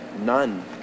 none